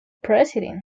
president